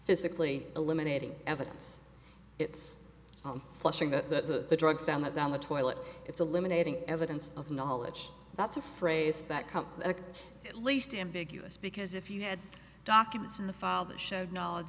physically eliminating evidence it's flushing the drugs down the down the toilet it's eliminating evidence of knowledge that's a phrase that comes at least ambiguous because if you had documents in the file that showed knowledge